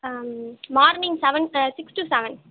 ah hmm morning seven thirty six two seven